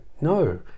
No